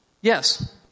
Yes